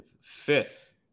fifth